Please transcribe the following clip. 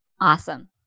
Awesome